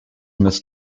mrs